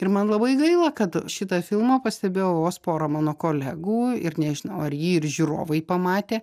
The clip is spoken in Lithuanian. ir man labai gaila kad šitą filmą pastebėjo vos pora mano kolegų ir nežinau ar jį ir žiūrovai pamatė